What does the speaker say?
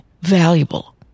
valuable